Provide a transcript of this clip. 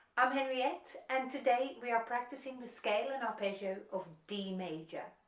i'm henriette and today we are practicing the scale and arpeggio of d major.